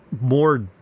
more